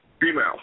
Female